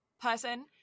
person